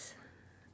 ~s